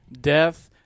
death